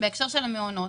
בהקשר של המעונות